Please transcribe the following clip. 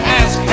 ask